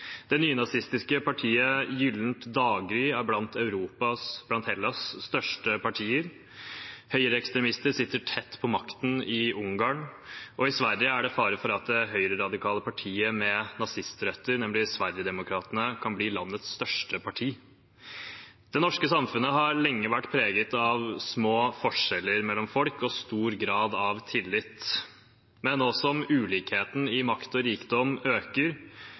Det nynazistiske partiet Gyllent Daggry er blant Hellas’ største partier, høyreekstremister sitter tett på makten i Ungarn, og i Sverige er det fare for at det høyreradikale partiet med nazistrøtter, nemlig Sverigedemokraterna, kan bli landets største parti. Det norske samfunnet har lenge vært preget av små forskjeller mellom folk og stor grad av tillit. Men nå som ulikheten i makt og rikdom øker,